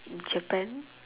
hmm Japan